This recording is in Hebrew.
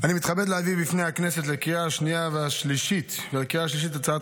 אני מתכבד להביא בפני הכנסת לקריאה השנייה ולקריאה השלישית את הצעת